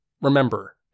Remember